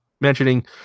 mentioning